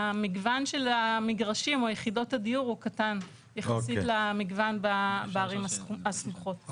המגוון של המגרשים או יחידות הדיור הוא קטן יחסית למגוון בערים הסמוכות.